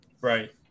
Right